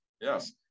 Yes